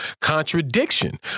contradiction